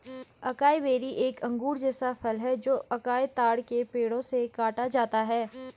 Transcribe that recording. acai berry एक अंगूर जैसा फल है जो अकाई ताड़ के पेड़ों से काटा जाता है